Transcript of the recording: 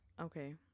Okay